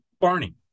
Barney